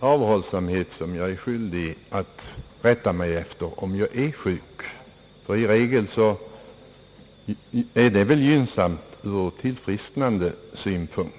då den sjuke är skyldig att avhålla sig från arbete, vilket väl i regel är det bästa ur tillfrisknandesynpunkt.